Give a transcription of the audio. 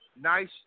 Nice